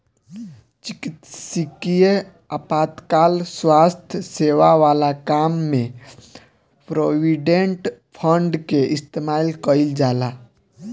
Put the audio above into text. चिकित्सकीय आपातकाल स्वास्थ्य सेवा वाला काम में प्रोविडेंट फंड के इस्तेमाल कईल जाला